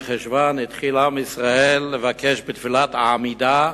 בחשוון, התחיל עם ישראל לבקש בתפילת העמידה: